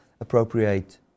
appropriate